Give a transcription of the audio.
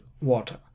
water